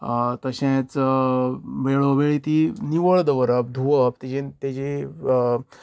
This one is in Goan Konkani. तशेंच वेळोवेळी ती निवळ दवरप धूवप तीजीन तिजी